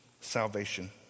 Salvation